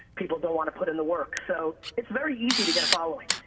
people don't want to put in the work. so it's very easy to get a following.